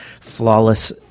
flawless